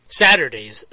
Saturdays